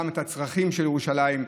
את הצרכים של ירושלים,